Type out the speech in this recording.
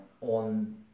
on